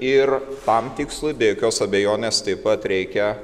ir tam tikslui be jokios abejonės taip pat reikia